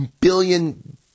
billion